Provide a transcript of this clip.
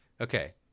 Okay